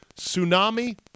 Tsunami